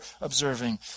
observing